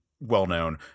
well-known